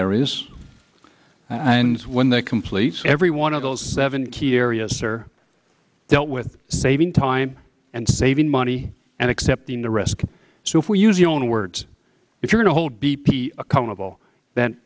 areas and when they complete every one of those seven key area sir dealt with saving time and saving money and accepting the risk so if we use your own words if you're gonna hold bp accountable then